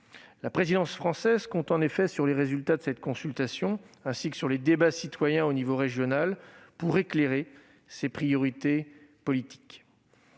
La présidence française compte effectivement sur les résultats de cette consultation, ainsi que sur les débats citoyens organisés à l'échelon régional, pour éclairer ses priorités politiques.